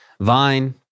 Vine